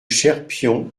cherpion